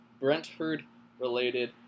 Brentford-related